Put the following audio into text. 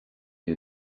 you